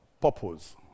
purpose